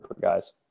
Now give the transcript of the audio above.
guys